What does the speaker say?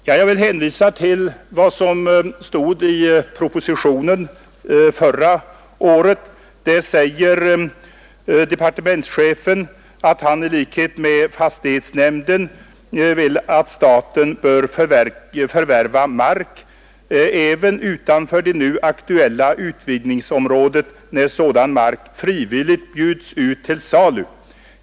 Jag vill hänvisa till vad som står i propositionen förra året. Departementschefen säger där: Jag anser dock i likhet med fastighetsnämnden att staten bör förvärva mark även utanför det nu aktuella utvidgningsområdet, när sådan mark frivilligt bjuds ut till salu.